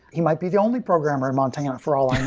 he might be the only programmer in montana for all i